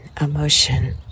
emotion